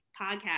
podcast